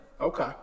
Okay